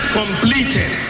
completed